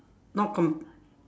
not com~